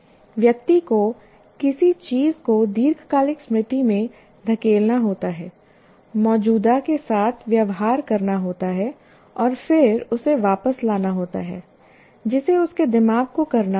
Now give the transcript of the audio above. व्यक्ति को किसी चीज को दीर्घकालिक स्मृति में धकेलना होता है मौजूदा के साथ व्यवहार करना होता है और फिर उसे वापस लाना होता है जिसे उसके दिमाग को करना होता है